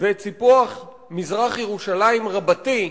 ואת סיפוח מזרח-ירושלים רבתי,